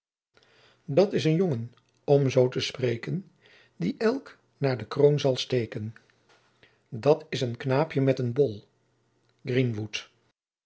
hoofdstuk dat's een jonge om zoo te spreken die elk na de kroon zal steeken dat's een knaapje met een bol